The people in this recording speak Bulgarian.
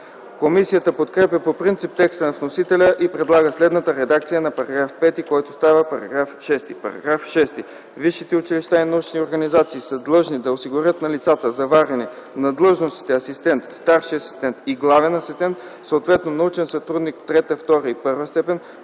Комисията подкрепя по принцип текста на вносителя и предлага следната редакция на § 5, който става § 6: „§ 6. Висшите училища и научните организации са длъжни да осигурят на лицата, заварени на длъжностите „асистент”, „старши асистент” и „главен асистент”, съответно „научен сътрудник” ІІІ, ІІ и І степен,